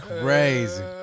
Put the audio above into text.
crazy